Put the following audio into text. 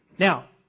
Now